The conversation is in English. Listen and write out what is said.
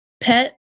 pet